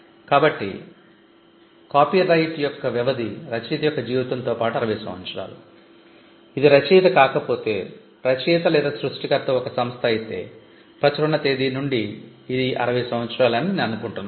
కాబట్టి కాపీరైట్ యొక్క వ్యవధి రచయిత యొక్క జీవితంతో పాటు 60 సంవత్సరాలు ఇది రచయిత కాకపోతే రచయిత లేదా సృష్టికర్త ఒక సంస్థ అయితే ప్రచురణ తేదీ నుండి ఇది 60 సంవత్సరాలు అని అనుకుంటున్నాను